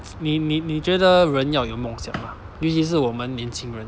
你你你觉得人要有梦想吗尤其是我们年轻人